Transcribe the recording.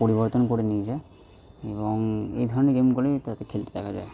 পরিবর্তন করে নিয়েছে এবং এই ধরনের গেমগুলিই তাদের খেলতে দেখা যায়